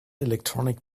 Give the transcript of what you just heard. electronic